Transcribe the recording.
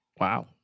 wow